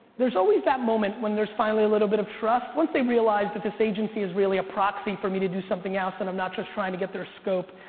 there's always that moment when there's finally a little bit of trust. once they realize that this agency is really a proxy for me to do something else and i'm not just trying to get their scope.